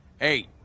Eight